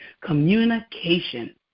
Communication